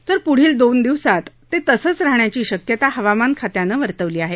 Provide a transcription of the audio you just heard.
तर पुढील दोन दिवसात ते तसंच राहण्याची शक्यता हवामान खात्यानं वर्तवली आहे